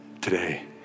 today